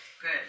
Good